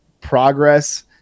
progress